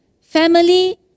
family